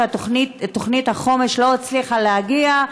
שתוכנית החומש לא הצליחה להגיע אליו,